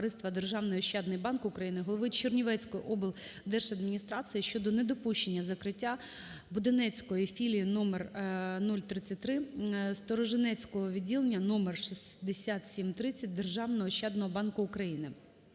"Державний ощадний банк України", голови Чернівецької облдержадміністрації щодо недопущення закриття Буденецької філії № 033 Сторожинецького відділення № 6730 Державного ощадного банку України.